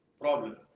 problem